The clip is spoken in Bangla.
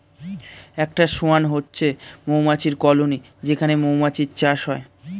একটা সোয়ার্ম হচ্ছে মৌমাছির কলোনি যেখানে মৌমাছির চাষ হয়